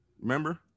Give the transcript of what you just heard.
Remember